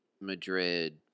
madrid